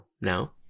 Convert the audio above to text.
now